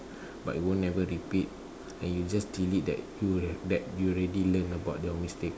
but you will never repeat and you just delete that you'll have bad you already learn about your mistake